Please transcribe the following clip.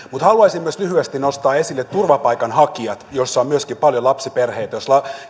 haluaisin myös lyhyesti nostaa esille turvapaikanhakijat joissa on myöskin paljon lapsiperheitä jos